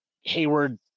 Hayward